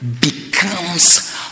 becomes